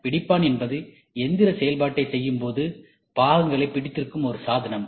பிடிப்பான் என்பது எந்திரச் செயல்பாட்டைச் செய்யும்போது பாகங்களை பிடித்திருக்கும் ஒரு சாதனம்